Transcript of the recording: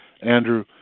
Andrew